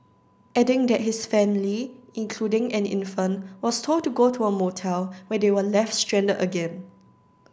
adding that his family including an infant was told to go to a motel where they were left stranded again